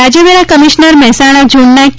રાજ્યવેરા commissioner Mehsana ઝોનના કે